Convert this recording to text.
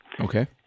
Okay